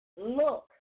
look